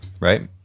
right